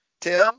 Tim